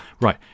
Right